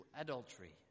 adultery